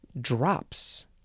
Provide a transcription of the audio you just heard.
drops